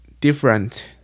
different